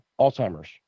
alzheimer's